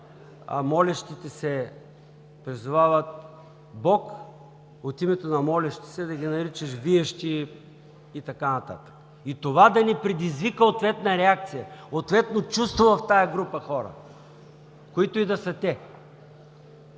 молещите се, призовават Бог от името на молещите, да ги наричаш „виещи“ и така нататък и това да не предизвиква ответна реакция, ответно чувство в тази група хора, които и да са те.